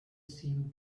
seem